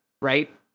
right